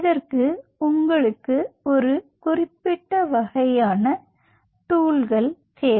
இதற்கு உங்களுக்கு ஒரு குறிப்பிட்ட வகையான டூல்கள் தேவை